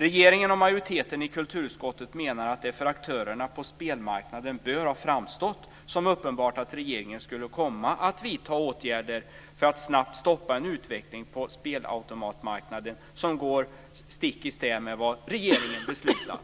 Regeringen och majoriteten i kulturutskottet menar att det för aktörerna på spelmarknaden bör ha framstått som uppenbart att regeringen skulle komma att vidta åtgärder för att snabbt stoppa en utveckling på spelautomatsmarknaden som går stick i stäv med vad regeringen beslutat.